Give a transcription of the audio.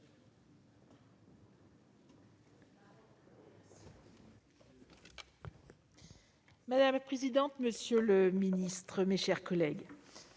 Madame la présidente, madame la ministre, mes chers collègues,